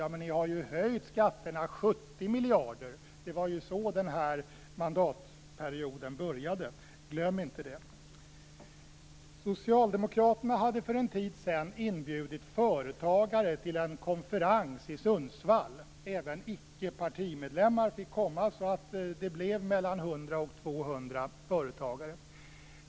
Ja, men ni har ju höjt skatterna med 70 miljarder. Det var ju så den här mandatperioden började - glöm inte det! Socialdemokraterna hade för en tid sedan inbjudit företagare till en konferens i Sundsvall. Även ickepartimedlemmar fick komma, så det blev mellan 100 och 200 företagare.